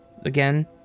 Again